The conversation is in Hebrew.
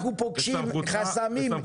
אנחנו פוגשים חסמים.